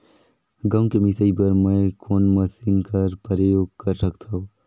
गहूं के मिसाई बर मै कोन मशीन कर प्रयोग कर सकधव?